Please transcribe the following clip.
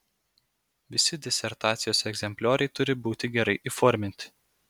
visi disertacijos egzemplioriai turi būti gerai įforminti